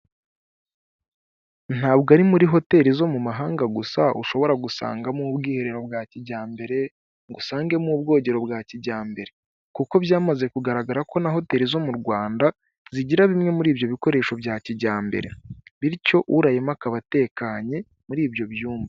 Ntabwo ari muri hoteli zo mu mahanga gusa ushobora gusangamo ubwiherero bwa kijyambere ngo usangemo ubwogero bwa kijyambere, kuko byamaze kugaragara ko na hoteli zo mu Rwanda zigira bimwe muri ibyo bikoresho bya kijyambere bityo urayemu akaba atekanye muri ibyo byumba.